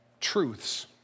truths